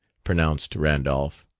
pronounced randolph.